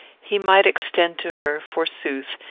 he might extend to her, forsooth,